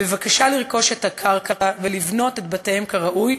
בבקשה לרכוש את הקרקע ולבנות את בתיהם כראוי,